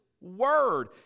word